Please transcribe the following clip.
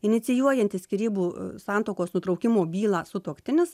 inicijuojantis skyrybų santuokos nutraukimo bylą sutuoktinis